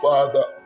Father